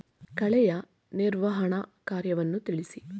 ಕಳೆಯ ನಿರ್ವಹಣಾ ಕಾರ್ಯವನ್ನು ತಿಳಿಸಿ?